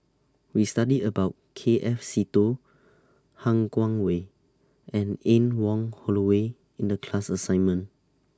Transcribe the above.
We studied about K F Seetoh Han Guangwei and Anne Wong Holloway in The class assignment